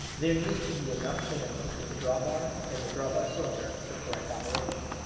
there needs to be enough clearance between the drawbar, and the drawbar cylinder, for correct operation.